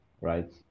right